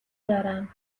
دارم